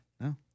No